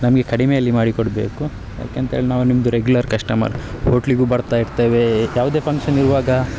ನಮಗೆ ಕಡಿಮೆಯಲ್ಲಿ ಮಾಡಿ ಕೊಡಬೇಕು ಯಾಕೆ ಅಂತೇಳಿ ನಾವು ನಿಮ್ಮದು ರೆಗ್ಯುಲರ್ ಕಸ್ಟಮರ್ ಹೋಟ್ಲಿಗೂ ಬರ್ತಾ ಇರ್ತೇವೆ ಯಾವುದೇ ಫಂಕ್ಷನ್ ಇರುವಾಗ